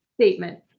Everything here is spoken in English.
statement